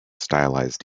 stylized